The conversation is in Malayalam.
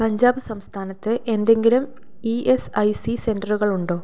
പഞ്ചാബ് സംസ്ഥാനത്ത് എന്തെങ്കിലും ഇ എസ് ഐ സി സെൻ്ററുകൾ ഉണ്ടോ